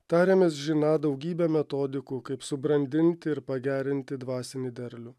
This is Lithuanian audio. tariamės žiną daugybę metodikų kaip subrandinti ir pagerinti dvasinį derlių